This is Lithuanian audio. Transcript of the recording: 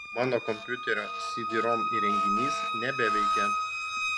mano kompiuterio cd rom įrenginys nebeveikia